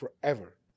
forever